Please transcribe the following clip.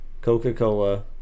Coca-Cola